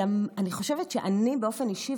אני באופן אישי,